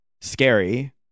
scary